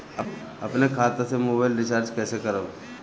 अपने खाता से मोबाइल रिचार्ज कैसे करब?